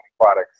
products